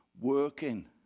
working